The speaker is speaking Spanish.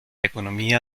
economía